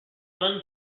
sun